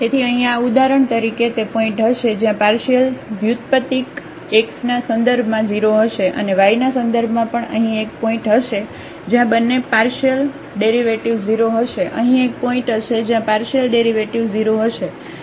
તેથી અહીં આ ઉદાહરણ તરીકે તે પોઇન્ટ હશે જ્યાં પાર્શિયલ વ્યુત્પત્તિક x ના સંદર્ભમાં 0 હશે અને y ના સંદર્ભમાં પણ અહીં એક પોઇન્ટ હશે જ્યાં બંને પાર્શિયલ ડેરિવેટિવ્ઝ 0 હશે અહીં એક પોઇન્ટ હશે જ્યાં પાર્શિયલ ડેરિવેટિવ્ઝ 0 હશે